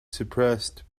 suppressed